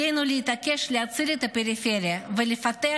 עלינו להתעקש להציל את הפריפריה ולפתח